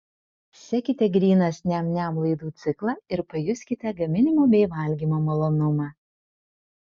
sekite grynas niam niam laidų ciklą ir pajuskite gaminimo bei valgymo malonumą